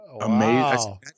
amazing